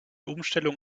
umstellung